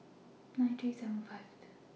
nine three seven Fifth